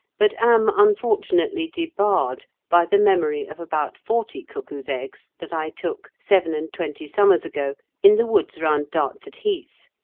but am unfortunately debarred by the memory of about forty cuckoo's eggs that i took, seven-and-twenty summers ago, in the woods round dartford heath.